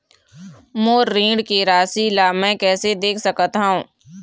मोर ऋण के राशि ला म कैसे देख सकत हव?